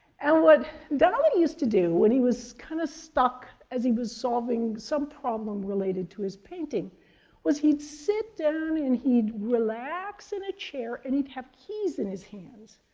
and what dali used to do when he was kind of stuck as he was solving some problem related to his painting was he'd sit down and he'd relax in a chair, and he'd have keys in his hands.